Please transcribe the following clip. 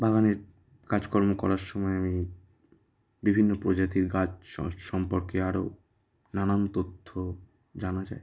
বাগানের কাজকর্ম করার সময় আমি বিভিন্ন প্রজাতির গাছ স সম্পর্কে আরো নানান তথ্য জানা যায়